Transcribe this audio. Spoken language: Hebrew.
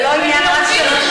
זה לא עניין רק של נשים.